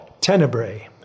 Tenebrae